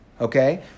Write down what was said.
okay